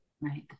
right